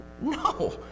No